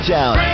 Town